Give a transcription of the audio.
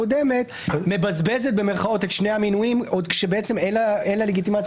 הקודמת "מבזבזת" את שני המינויים כשאין לה לגיטימציה